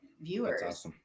viewers